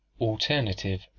Alternative